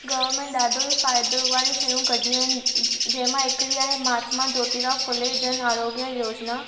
government ॾाढो ई फ़ाइदो वारियूं शयूं कॾियूं आहिनि जंहिं मां हिकड़ी आहे महात्मा ज्योतिराव फुले जन आरोग्य योजना